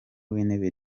w’intebe